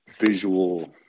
visual